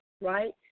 right